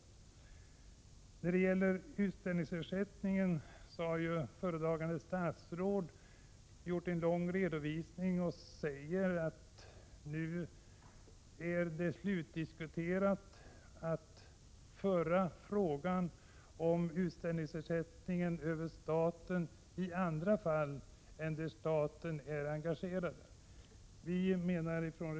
I fråga om utställningsersättningen har föredragande statsrådet efter en lång redogörelse sagt att frågan om att låta utställningsersättningen gå via statsbudgeten i andra fall än där staten är direkt engagerad nu är slutdiskuterad.